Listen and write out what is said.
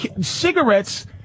Cigarettes